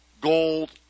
gold